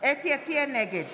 נגד